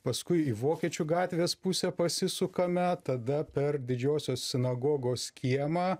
paskui į vokiečių gatvės pusę pasisukame tada per didžiosios sinagogos kiemą